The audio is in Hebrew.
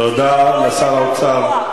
תודה לשר האוצר,